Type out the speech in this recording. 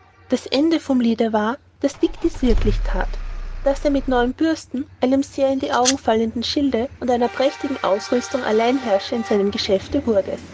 das ende vom liede war daß dick dies wirklich that und daß er mit neuen bürsten einem sehr in die augen fallenden schilde und einer prächtigen ausrüstung alleinherrscher in seinem geschäfte wurde